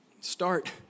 Start